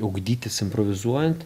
ugdytis improvizuojant